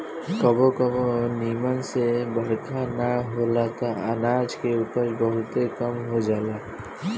कबो कबो निमन से बरखा ना होला त अनाज के उपज बहुते कम हो जाला